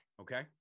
okay